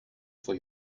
for